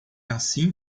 assim